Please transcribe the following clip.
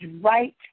right